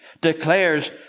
declares